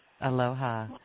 Aloha